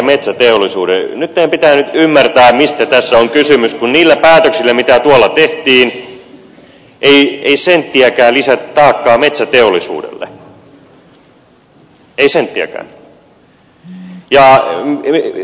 teidän pitää nyt ymmärtää mistä tässä on kysymys kun niillä päätöksillä mitä tuolla tehtiin ei senttiäkään lisätty taakkaa metsäteollisuudelle ei senttiäkään